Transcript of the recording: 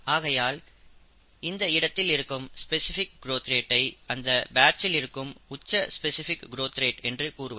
ஆகையால் இந்த இடத்தில் இருக்கும் ஸ்பெசிபிக் கிரோத் ரேட் ஐ அந்த பேட்சில் இருக்கும் உச்ச ஸ்பெசிபிக் கிரோத் ரேட் என்றும் கூறுவர்